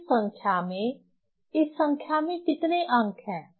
एक संख्या में एक संख्या में कितने अंक हैं